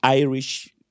Irish